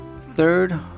Third